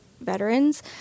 veterans